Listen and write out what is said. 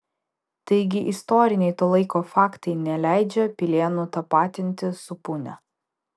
taigi istoriniai to laiko faktai neleidžia pilėnų tapatinti su punia